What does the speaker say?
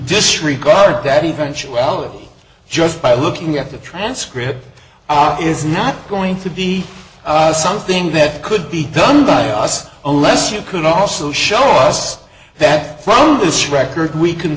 disregard that eventuality just by looking at the transcript is not going to be something that could be done by us own less you could also show us that from this record we can